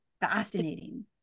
fascinating